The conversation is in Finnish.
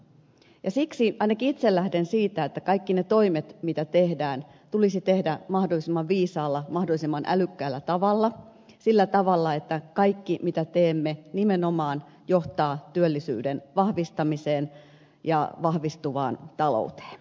siksi ainakin itse lähden siitä että kaikki ne toimet mitä tehdään tulisi tehdä mahdollisimman viisaalla mahdollisimman älykkäällä tavalla sillä tavalla että kaikki mitä teemme nimenomaan johtaa työllisyyden vahvistamiseen ja vahvistuvaan talouteen